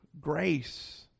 grace